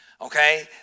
Okay